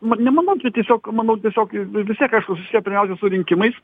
ma nemanau čia tiesiog manau tiesiog ir vis tiek aišku susiję pirmiausia su rinkimais